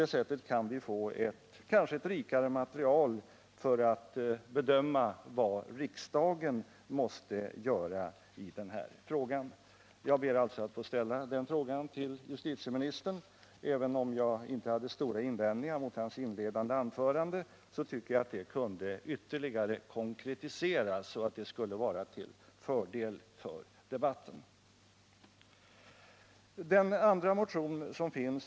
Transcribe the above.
Ett svar från justitieministern på den frågan kan kanske ge oss ett fylligare material när vi skall bedöma vad riksdagen måste göra i det här ärendet. Jag ber alltså att få ställa denna fråga till justitieministern. Även om jag inte har några större invändningar mot justitieministerns inledande anförande, tycker jag att det skulle vara till fördel för debatten om det ytterligare konkretiserades.